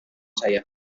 saya